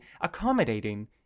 accommodating